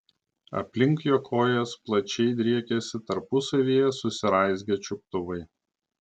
aplink jo kojas plačiai driekėsi tarpusavyje susiraizgę čiuptuvai